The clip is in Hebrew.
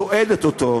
סועדת אותו,